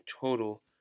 total